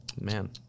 Man